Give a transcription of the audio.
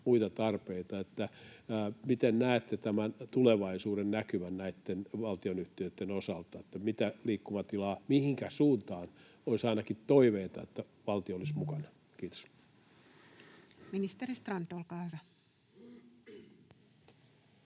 muita tarpeita? Miten näette tämän tulevaisuudennäkymän valtionyhtiöitten osalta, mitä liikkumatilaa on ja mihinkä suuntaan olisi ainakin toiveita, että valtio olisi mukana? — Kiitos. [Speech 682] Speaker: